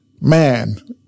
man